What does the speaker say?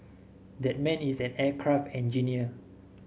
that man is an aircraft engineer